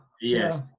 Yes